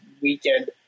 weekend